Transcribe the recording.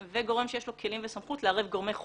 וגורם שיש לו כלים וסמכות לערב גורמי חוץ-ממשלתיים.